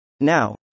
Now